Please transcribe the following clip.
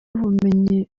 ubumenyi